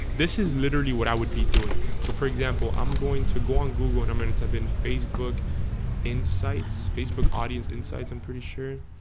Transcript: this is literally what i would be doing so for example i'm going to go on google, and i'm gonna type in facebook insights facebook audience insights, i'm pretty sure